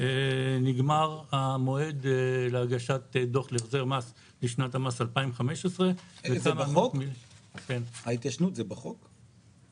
נגמר המועד להגשת דוח להחזר מס לשנת המס 2015. ההתיישנות זה בחוק?